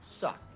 suck